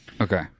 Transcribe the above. okay